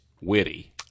witty